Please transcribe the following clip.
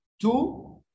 two